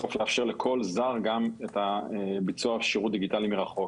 ובסוף לאפשר לכל זר גם את הביצוע שירות דיגיטלי מרחוק.